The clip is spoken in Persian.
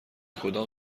کدام